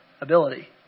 ability